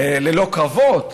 ללא קרבות.